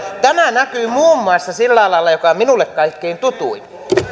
tämä näkyy muun muassa sillä alalla joka on minulle kaikkein tutuin